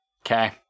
Okay